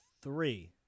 Three